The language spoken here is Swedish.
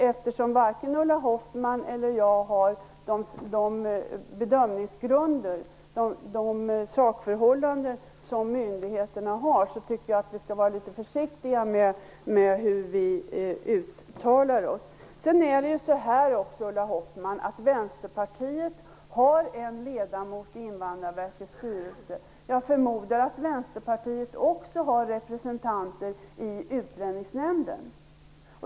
Eftersom varken Ulla Hoffmann eller jag har den information om sakförhållanden som myndigheterna har tycker jag att vi skall vara litet försiktiga när vi uttalar oss. Vänsterpartiet har en ledamot i Invandrarverkets styrelse. Jag förmodar att Vänsterpartiet också har representanter i Utlänningsnämnden.